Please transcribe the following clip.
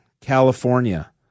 California